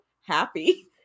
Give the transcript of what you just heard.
happy